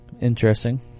Interesting